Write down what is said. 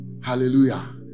Hallelujah